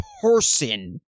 person